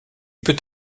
peut